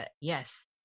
Yes